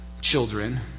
children